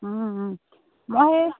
মই